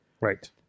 Right